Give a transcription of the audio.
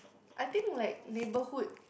I think like neighbourhood